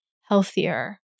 healthier